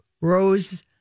Rose